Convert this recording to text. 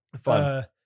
Fun